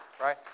right